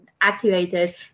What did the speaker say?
activated